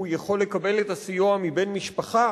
הוא יכול לקבל את הסיוע מבן-משפחה,